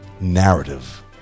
narrative